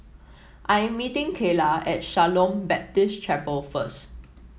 I am meeting Keyla at Shalom Baptist Chapel first